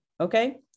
Okay